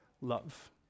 love